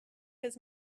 his